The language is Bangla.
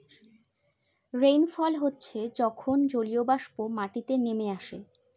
রেইনফল হচ্ছে যখন জলীয়বাষ্প মাটিতে নেমে আসে